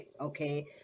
Okay